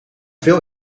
veel